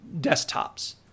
desktops